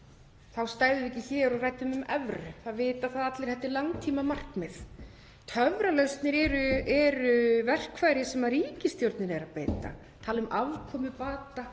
Þá stæðum við ekki hér og ræddum um evru. Það vita það allir að þetta er langtímamarkmið. Töfralausnir eru verkfæri sem ríkisstjórnin er að beita, tala um afkomubata.